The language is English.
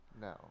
No